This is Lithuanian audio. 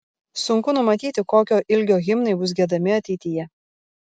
sunku numatyti kokio ilgio himnai bus giedami ateityje